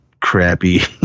crappy